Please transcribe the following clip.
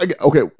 Okay